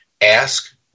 Ask